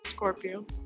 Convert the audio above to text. Scorpio